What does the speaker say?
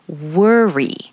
worry